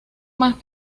más